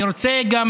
אני גם רוצה,